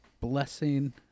blessing